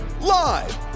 live